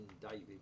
David